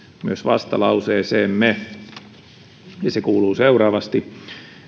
myös vastalauseeseemme se kuuluu seuraavasti